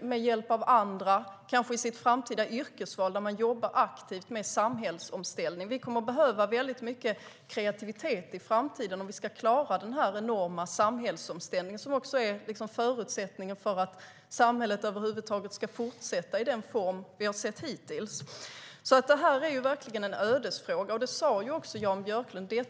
med hjälp av andra och kanske i ett framtida yrkesval där man jobbar aktivt med samhällsomställning. Vi kommer att behöva mycket kreativitet i framtiden om vi ska klara den enorma samhällsomställning som också är förutsättningen för att samhället över huvud taget ska fortsätta i den form vi har sett hittills. Detta är verkligen en ödesfråga. Det sade även Jan Björklund.